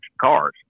cars